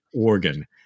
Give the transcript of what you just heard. organ